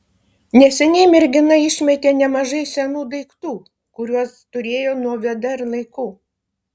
neseniai mergina išmetė nemažai senų daiktų kuriuos turėjo nuo vdr laikų